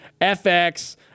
FX